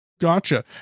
Gotcha